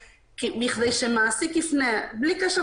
בכדי שמעסיק יפנה לקבל היתר בלי קשר